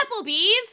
Applebee's